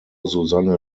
susanne